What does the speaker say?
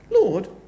Lord